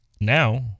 Now